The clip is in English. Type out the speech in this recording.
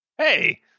Hey